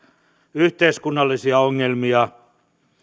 yhteiskunnallisia ongelmia